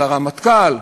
על הרמטכ"ל,